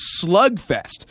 slugfest